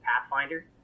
Pathfinder